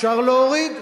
אפשר להוריד,